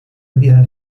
بها